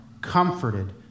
comforted